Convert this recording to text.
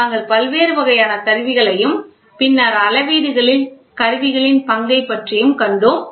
நாங்கள் பல்வேறு வகையான கருவிகளையும் பின்னர் அளவீடுகளில் கருவிகளின் பங்கை பற்றியும் கண்டோம்